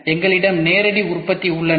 எங்களிடம் நேரடி உற்பத்தி உள்ளன